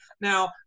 Now